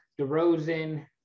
DeRozan